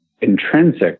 intrinsic